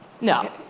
No